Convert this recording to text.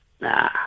nah